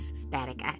static